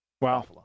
Wow